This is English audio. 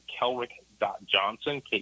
kelrick.johnson